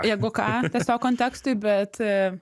jeigu ką tiesiog kontekstui bet